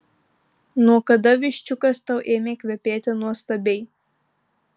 nuo kada viščiukas tau ėmė kvepėti nuostabiai